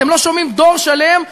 אתם לא שומעים דור שלם,